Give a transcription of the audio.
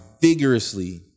vigorously